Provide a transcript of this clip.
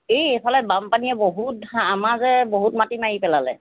এই এইফালে বানপানীয়ে বহুত আমাৰ যে বহুত মাটি মাৰি পেলালে